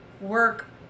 work